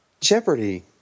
Jeopardy